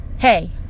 Hey